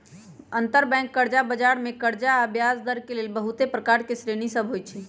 अंतरबैंक कर्जा बजार मे कर्जा आऽ ब्याजदर के लेल बहुते प्रकार के श्रेणि सभ होइ छइ